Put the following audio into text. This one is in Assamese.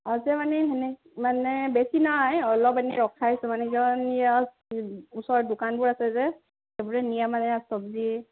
আছে মানে সেনে মানে বেছি নাই অলপ এনে ৰখাইছোঁ মানে ওচৰত দোকানবোৰ আছে যে সেইবোৰে নিয়ে মানে চব্জি